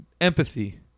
Empathy